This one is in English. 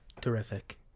Terrific